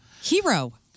Hero